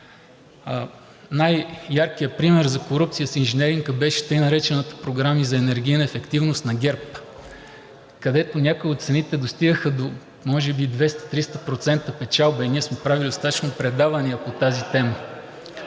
най-яркият пример за корупция с инженеринг беше така наречената Програма за енергийна ефективност на ГЕРБ, където някои от цените достигаха до може би 200 – 300% печалба и ние сме правили достатъчно предавания по тази тема.